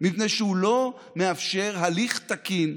מפני שהוא לא מאפשר הליך תקין,